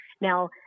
now